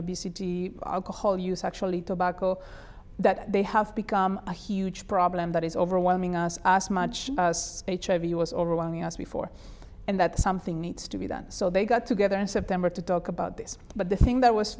obesity alcohol use actually tobacco that they have become a huge problem that is overwhelming us as much as hiv was overwhelming us before and that something needs to be done so they got together in september to talk about this but the thing that was